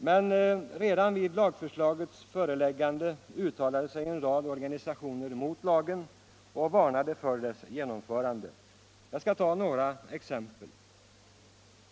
Men redan vid lagförslagets föreläggande uttalade sig en rad organisationer mot lagen och varnade för dess genomförande. Jag skall ta några exempel.